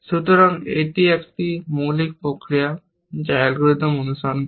সুতরাং এটি একটি মৌলিক প্রক্রিয়া যা এই অ্যালগরিদম অনুসরণ করে